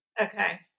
Okay